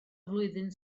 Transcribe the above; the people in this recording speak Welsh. flwyddyn